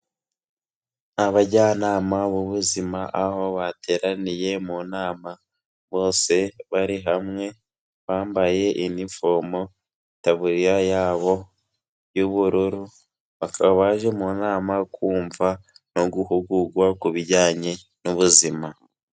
Abajyanama b'ubuzima aho bateraniye mu nama bose bari hamwe, bambaye inifomu itaburiya yabo y'ubururu, bakaba baje mu nama kumva no guhugurwa ku bijyanye n'ubuzima.